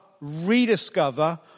rediscover